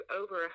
over